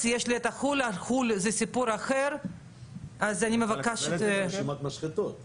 אני דורשת שתיכנסו לנושא,